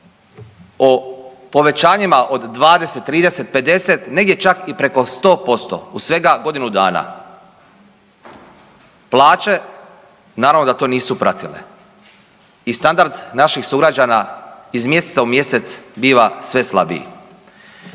o povećanjima od 20, 30, 50, negdje čak i preko 100% u svega godinu dana. Plaće naravno da to nisu pratile i standard naših sugrađana iz mjeseca u mjesec sve je slabiji.